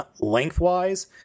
lengthwise